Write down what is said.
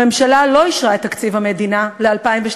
הממשלה לא אישרה את תקציב המדינה ל-2013,